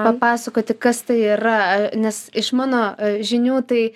papasakoti kas tai yra nes iš mano žinių tai